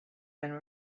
been